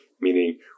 meaning